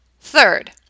Third